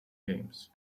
games